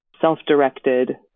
self-directed